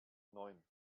neun